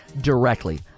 directly